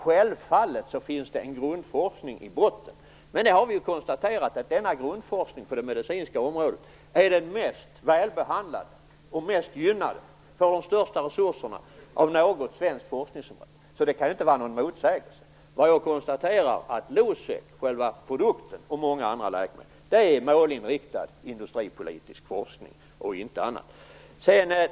Självfallet finns det grundforskning i botten, men vi har ju konstaterat att grundforskningen på det medicinska området är den mest välbehandlade och mest gynnade - den får de största resurserna av alla svenska forskningsområden - så det kan inte finnas något motsatsförhållande här. Jag konstaterar att forskningen bakom Losec och många andra läkemedel är målinriktad industripolitisk forskning och inget annat.